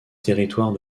territoire